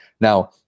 Now